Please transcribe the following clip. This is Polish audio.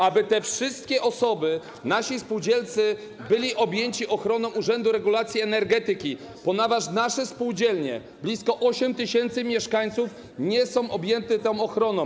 aby te wszystkie osoby, aby nasi spółdzielcy byli objęci ochroną Urzędu Regulacji Energetyki, ponieważ nasze spółdzielnie - blisko 8 tys. mieszkańców - nie są objęte tą ochroną.